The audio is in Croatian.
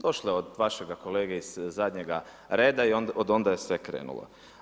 Došlo je od vašega kolege iz zadnjega reda i od onda je sve krenulo.